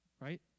right